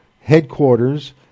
headquarters